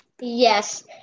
Yes